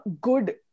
good